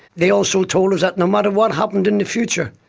they also told us that no matter what happened in the future,